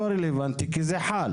לא רלוונטי כי זה חל.